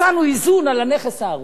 מצאנו איזון על הנכס ההרוס,